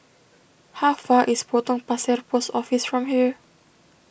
how far is Potong Pasir Post Office from here